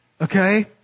Okay